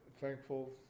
thankful